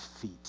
feet